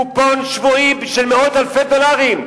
קופון שבועי של מאות אלפי דולרים,